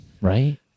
Right